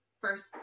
first